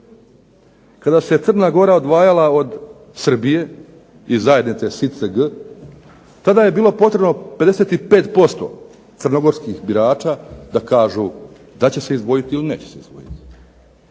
Kada se Crna Gora odvajala od Srbije iz zajednice SCG tada je bilo potrebno 55% crnogorskih birača da kažu da će se izdvojiti ili neće se izdvojiti.